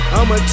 I'ma